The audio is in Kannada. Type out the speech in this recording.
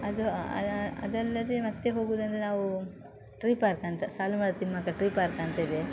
ಅದು ಅದಲ್ಲದೆ ಮತ್ತೆ ಹೋಗುವುದೆಂದ್ರೆ ನಾವು ಟ್ರೀ ಪಾರ್ಕ್ ಅಂತ ಸಾಲು ಮರದ ತಿಮ್ಮಕ್ಕ ಟ್ರೀ ಪಾರ್ಕ್ ಅಂತ ಇದೆ